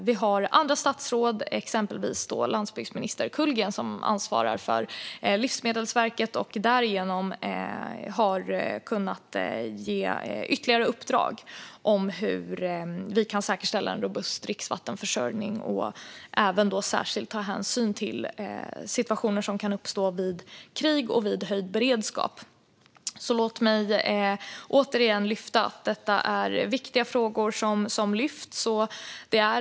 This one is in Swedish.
Ett annat statsråd, landsbygdsminister Kullgren, ansvarar för Livsmedelsverket och har därigenom kunnat ge ytterligare uppdrag om hur vi kan säkerställa en robust dricksvattenförsörjning och då särskilt ta hänsyn till situationer som kan uppstå vid krig och höjd beredskap. Låt mig återigen säga att detta är viktiga frågor.